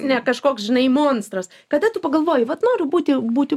ne kažkoks žinai monstras kada tu pagalvojai vat noriu būti būti